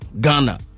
Ghana